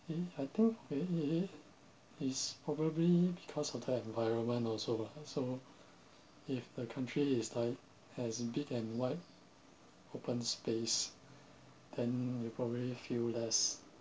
mm I think it it is probably because of the environment also lah so if the country is like has big and wide open space then you probably feel less